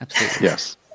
Yes